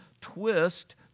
twist